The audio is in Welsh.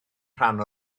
rhan